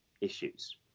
issues